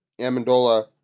Amendola